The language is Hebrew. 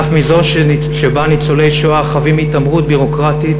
ואף מזו שבה ניצולי השואה חווים התעמרות ביורוקרטית